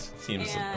seems